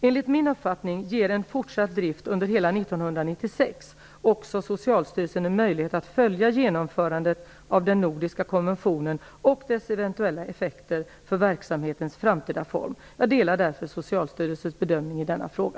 Enligt min uppfattning ger en fortsatt drift under hela 1996 också Socialstyrelsen en möjlighet att följa genomförandet av den nordiska konventionen och dess eventuella effekter för verksamhetens framtida form. Jag delar därför Socialstyrelsens bedömning i denna fråga.